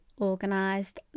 organised